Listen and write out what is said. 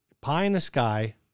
pie-in-the-sky